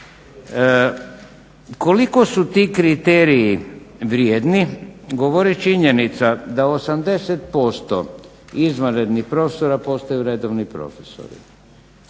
Koliko su ti kriteriji vrijedni govori činjenica da 80% izvanrednih profesora postaju redovni profesori